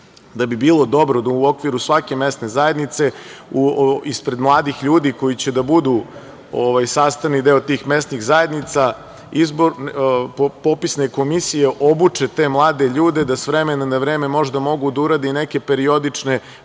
da bi bilo dobro da u okviru svake mesne zajednice, ispred mladih ljudi koji će da budu sastavni deo tih mesnih zajednica, popisne komisije obuče te mlade ljude, da s vremena na vreme možda mogu da urade i neke periodične